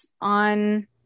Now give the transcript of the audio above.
on